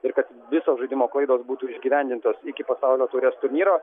ir kad visos žaidimo klaidos būtų išgyvendintos iki pasaulio taurės turnyro